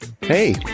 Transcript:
Hey